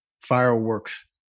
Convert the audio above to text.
fireworks